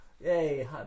yay